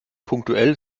punktuell